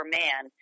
man